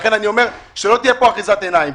לכן אני אומר שלא תהיה פה אחיזת עיניים.